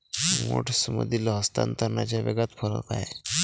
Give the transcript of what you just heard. मोड्समधील हस्तांतरणाच्या वेगात फरक आहे